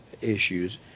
issues